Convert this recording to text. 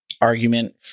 argument